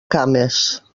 cames